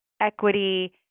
equity